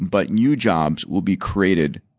but new jobs will be created